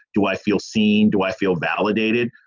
do i feel seen? do i feel validated?